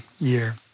year